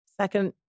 Second